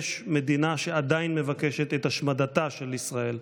יש מדינה שעדיין מבקשת את השמדתה של ישראל.